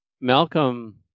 Malcolm